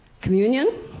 communion